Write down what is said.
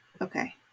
Okay